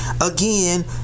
again